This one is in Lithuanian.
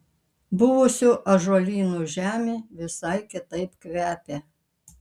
buvusių ąžuolynų žemė visai kitaip kvepia